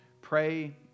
pray